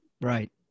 Right